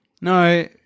No